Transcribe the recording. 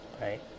right